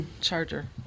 Charger